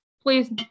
please